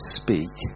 speak